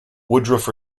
woodruff